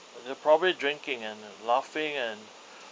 they probably drinking and laughing and